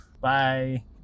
Bye